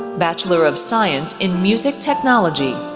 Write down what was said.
bachelor of science in music technology.